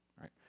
right